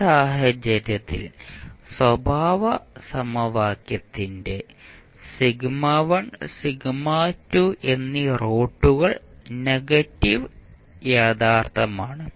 ഈ സാഹചര്യത്തിൽ സ്വഭാവ സമവാക്യത്തിന്റെ എന്നീ റൂട്ടുകൾ നെഗറ്റീവ് യഥാർത്ഥമാണ്